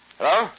Hello